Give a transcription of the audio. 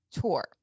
tour